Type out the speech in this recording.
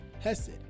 Hesed